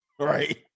right